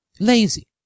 lazy